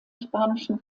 spanischen